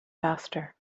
faster